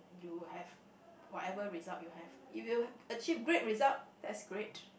you have whatever result you have if you achieve great result that's great